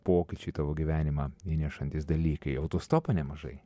pokyčių į tavo gyvenimą įnešantys dalykai autostopu nemažai